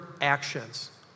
actions